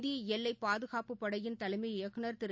இந்திய எல்லைப் பாதுகாப்பு படையினர் தலைமை இயக்குனர் திரு